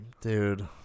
Dude